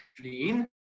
clean